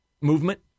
movement